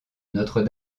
notre